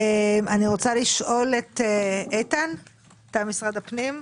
אני רוצה לשאול את איתן כהן ממשרד הפנים.